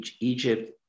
Egypt